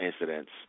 incidents